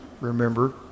remember